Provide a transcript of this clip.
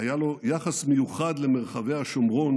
היה לו יחס מיוחד למרחבי השומרון,